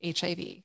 HIV